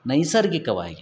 ನೈಸರ್ಗಿಕವಾಗಿ